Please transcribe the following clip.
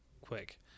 quick